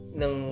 ng